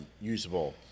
usable